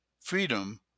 Freedom